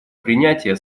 принятия